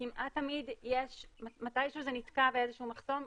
מתי שהוא זה נתקע במחסום,